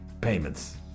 payments